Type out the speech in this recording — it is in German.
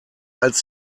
als